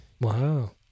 wow